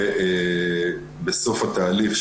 בסוף התהליך,